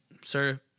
sir